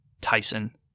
Tyson